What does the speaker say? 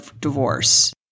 divorce